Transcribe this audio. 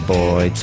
boy